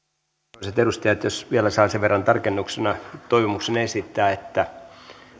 arvoisat edustajat jos vielä saan sen verran tarkennuksena toivomuksena esittää että